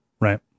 right